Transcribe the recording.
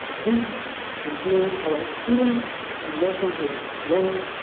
this has been our experience and lessons we learned.